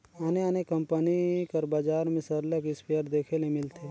आने आने कंपनी कर बजार में सरलग इस्पेयर देखे ले मिलथे